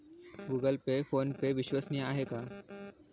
Google Pay किंवा PhonePe विश्वसनीय आहेत का?